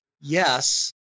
yes